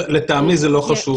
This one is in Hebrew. לטעמי זה לא חושב.